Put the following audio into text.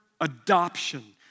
adoption